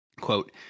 Quote